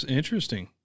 interesting